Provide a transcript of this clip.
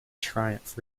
triumph